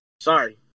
Sorry